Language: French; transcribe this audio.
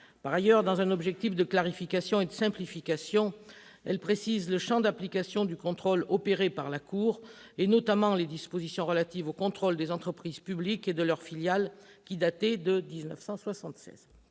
Par ailleurs, dans un objectif de clarification et de simplification, elle précise le champ d'application du contrôle opéré par la Cour des comptes, notamment les dispositions relatives au contrôle des entreprises publiques et de leurs filiales, qui dataient de 1976.